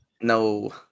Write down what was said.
no